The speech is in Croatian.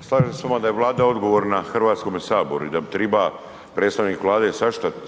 Slažem se s vama da je Vlada odgovorna Hrvatskome saboru i da bi triba predstavnik Vlade